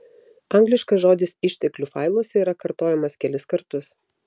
angliškas žodis išteklių failuose yra kartojamas kelis kartus